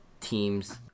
teams